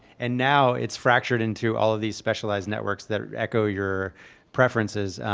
and now, it's fractured into all of these specialized networks that echo your preferences.